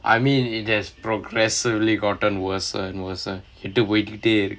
I mean it has progressively gotten worse and worse கேட்டு போய்க்கிட்டேயிருக்கு:kettu poikitaeirukku